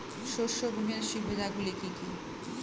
শস্য বিমার সুবিধাগুলি কি কি?